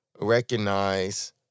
recognize